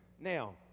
Now